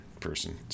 person